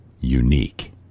unique